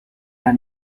the